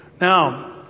Now